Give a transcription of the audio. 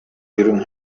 during